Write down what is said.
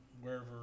wherever